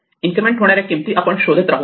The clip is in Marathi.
इन्क्रिमेंट होणाऱ्या किंमती आपण शोधत राहू